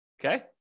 Okay